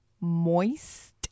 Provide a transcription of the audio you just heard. Moist